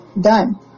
done